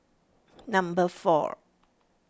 number four